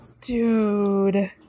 Dude